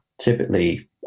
Typically